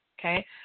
Okay